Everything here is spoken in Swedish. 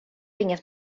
inget